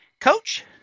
Coach